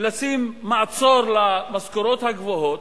לשים מעצור למשכורות הגבוהות,